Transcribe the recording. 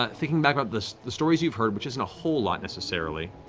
um thinking back about the the stories you've heard, which isn't a whole lot necessarily.